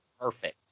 perfect